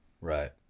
Right